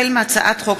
החל בהצעת חוק